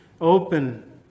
open